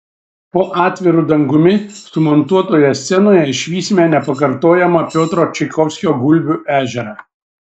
po atviru dangumi sumontuotoje scenoje išvysime nepakartojamą piotro čaikovskio gulbių ežerą